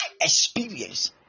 experience